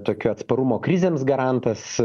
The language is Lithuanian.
tokio atsparumo krizėms garantas